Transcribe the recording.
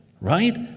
right